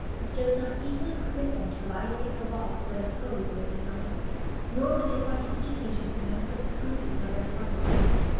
which does not easily permit them to violate the laws that oppose their designs nor would they find it easy to surmount the scruples of their partisans,